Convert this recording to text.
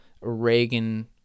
Reagan